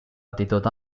aptitud